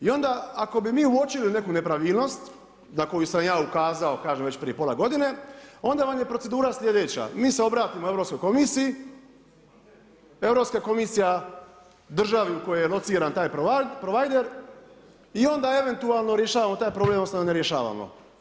I onda ako bi mi uočili neku nepravilnost na koju sam ja ukazao kažem već prije pola godine, onda vam je procedura sljedeća, mi se obratimo Europskoj komisiji, Europska komisija državi u kojoj je lociran taj provajder i onda eventualno rješavamo taj problem odnosno ne rješavamo.